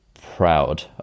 proud